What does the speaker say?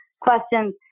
questions